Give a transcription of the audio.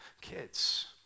kids